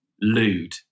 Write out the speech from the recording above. lewd